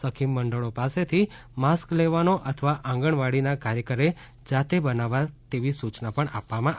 સખીમંડળો પાસેથી માસ્ક લેવાનો અથવા આંગણવાડીના કાર્યકરે જાતે બનાવવા તેવી સૂચના પણ આપવામાં આવી છે